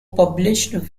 published